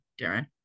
Darren